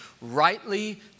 rightly